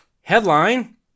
Headline